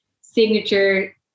signature